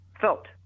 felt